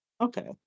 Okay